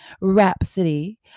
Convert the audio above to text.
Rhapsody